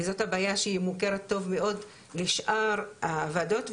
וזאת בעיה שמוכרת טוב מאוד לשאר הוועדות,